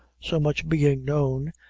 so much being known,